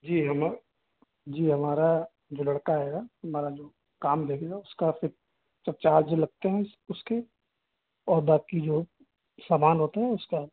जी हम जी हमारा जो लड़का आएगा हमारा जो काम देखेगा उसका आप सिर्फ सब चार्ज जो लगते हैं उसके और बाकी जो सामान होता है उसका